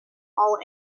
all